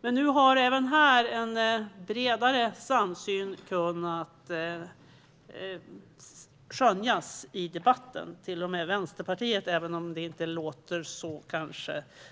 Men även här har man nu kunnat skönja en bredare samsyn i debatten. Detta inkluderar till och med Vänsterpartiet, även om det kanske inte låter så